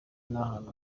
n’ahantu